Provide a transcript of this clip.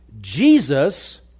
Jesus